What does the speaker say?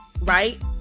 right